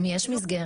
אם יש מסגרת.